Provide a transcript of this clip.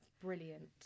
brilliant